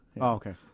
okay